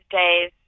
days